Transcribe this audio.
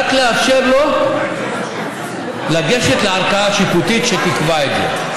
רק לאפשר לו לגשת לערכאה שיפוטית שתקבע את זה.